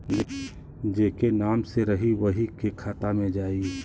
जेके नाम से रही वही के खाता मे जाई